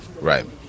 Right